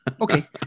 okay